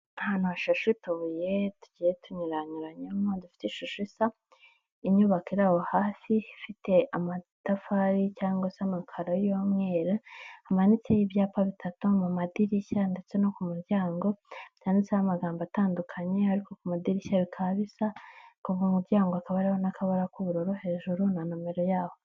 Ahantu hashashe utubuye tugiye tunyuranyuranyemo dufite ishusho isa inyubako iri aho hafi ifite amatafari cyangwa se amakaro y'umweru, hamanitseho ibyapa bitatu mu madirishya ndetse no ku muryango byanditseho amagambo atandukanye, ariko ku madirishya bikaba bisa, kuva mu muryango hakaba hariho n'akabara k'ubururu hejuru na nomero yabo.